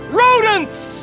rodents